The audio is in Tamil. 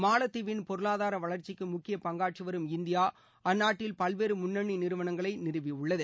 மாலத்தீவின் பொருளாதார வளர்ச்சிக்கு முக்கிய பங்காற்றிவரும் இந்தியா அந்நாட்டில் பல்வேறு முன்னணி நிறுவனங்களை நிறுவியுள்ளது